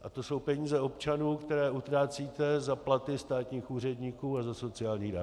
A to jsou peníze občanů, které utrácíte za platy státních úředníků a za sociální dávky.